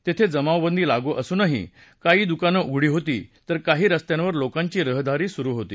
तेथे जमावबंदी लागू असूनही काही दुकानं उघडी होती तर काही रस्त्यांवर लोकांची रहदारी सुरु होती